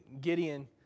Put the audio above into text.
Gideon